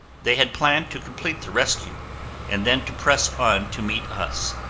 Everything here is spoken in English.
they had planned to complete the rescue and then to press on to meet us.